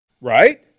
right